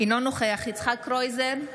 אינו נוכח יצחק קרויזר,